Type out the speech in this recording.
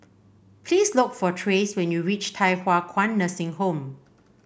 please look for Trace when you reach Thye Hua Kwan Nursing Home